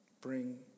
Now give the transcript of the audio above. bring